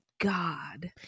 god